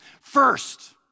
First